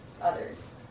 others